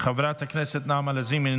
חברת הכנסת נעמה לזימי,